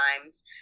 times